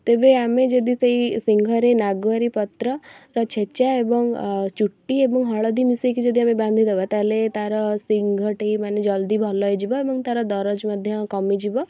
ତେବେ ଆମେ ଯଦି ସେଇ ଶିଙ୍ଘରେ ନାଗୁଆରି ପତ୍ର ର ଛେଚା ଏବଂ ଚୁଟି ଏବଂ ହଳଦୀ ମିଶେଇକି ଯଦି ଆମେ ବାନ୍ଧି ଦେବା ତାହେଲେ ତା'ର ଶିଙ୍ଘଟି ମାନେ ଜଲ୍ଦି ଭଲ ହେଇଯିବ ଏବଂ ତା'ର ଦରଜ ମଧ୍ୟ କମିଯିବ